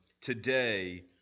Today